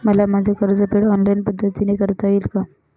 मला माझे कर्जफेड ऑनलाइन पद्धतीने करता येईल का?